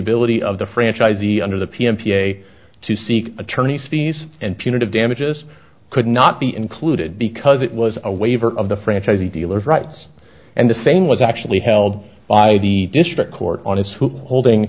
ability of the franchisee under the p n p a to seek attorney's fees and punitive damages could not be included because it was a waiver of the franchise the dealer's rights and the same was actually held by the district court on his who holding